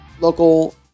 local